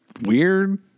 weird